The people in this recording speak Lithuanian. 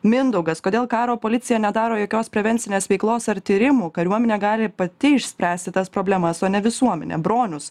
mindaugas kodėl karo policija nedaro jokios prevencinės veiklos ar tyrimų kariuominė gali pati išspręsti tas problemas o ne visuomenė bronius